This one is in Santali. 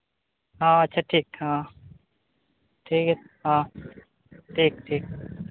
ᱟᱪᱪᱷᱟ ᱴᱷᱤᱠ ᱦᱚᱸ ᱴᱷᱤᱠ ᱜᱮᱭᱟ ᱦᱮᱸ ᱴᱷᱤᱠ ᱴᱷᱤᱠ